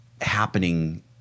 happening